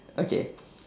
okay